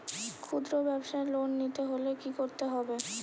খুদ্রব্যাবসায় লোন নিতে হলে কি করতে হবে?